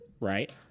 right